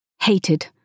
hated